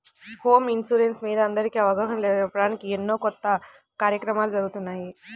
home insurance మీద అందరికీ అవగాహన తేవడానికి ఎన్నో కొత్త కార్యక్రమాలు జరుగుతున్నాయి